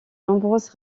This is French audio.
nombreuses